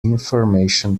information